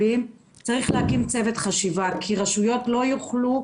צריך להקים צוות חשיבה, כי רשויות לא יוכלו,